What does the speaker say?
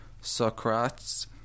Socrates